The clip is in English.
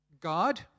God